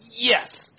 Yes